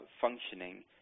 functioning